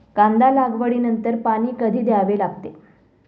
कांदा लागवडी नंतर पाणी कधी द्यावे लागते?